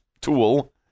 Tool